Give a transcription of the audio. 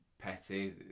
petty